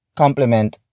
complement